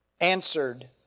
answered